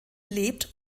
lebt